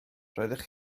roeddech